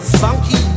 funky